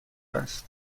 است